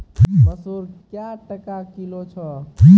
मसूर क्या टका किलो छ?